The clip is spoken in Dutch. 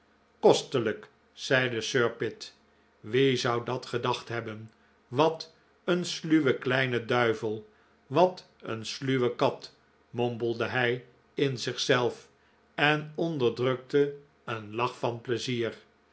kostelijk zeide sir pitt wie zou dat gedacht hebben wat een sluwe kleine duivel wat een sluwe kat mompelde hij in zichzelf en onderdrukte een lach van pleizier